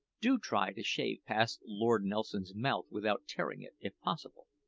do try to shave past lord nelson's mouth without tearing it, if possible!